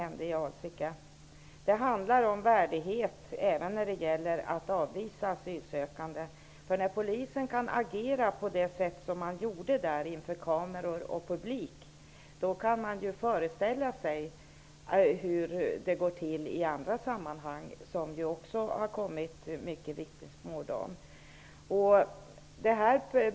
Det handlar om värdighet även när det gäller att avvisa asylsökande. När polisen agerar på det sätt som den gjorde där, inför kameror och publik, kan man föreställa sig hur det går till i andra sammanhang -- vilket det också finns många vittnesbörd om.